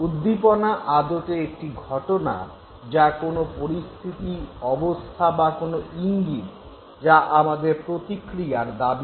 উদ্দীপনা আদতে একটি ঘটনা বা কোনো পরিস্থিতি অবস্থা বা কোনো ইঙ্গিত যা আমাদের প্রতিক্রিয়ার দাবি রাখে